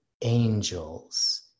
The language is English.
angels